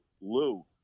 Lou